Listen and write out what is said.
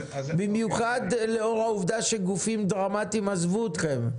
במיוחד לאור העובדה שגופים דרמטיים עזבו אתכם?